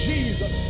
Jesus